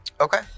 Okay